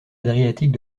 adriatique